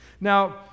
now